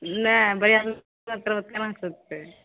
नहि बढ़िआँ तरह केना सकतै